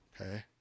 okay